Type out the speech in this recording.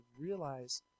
realize